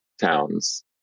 towns